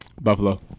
Buffalo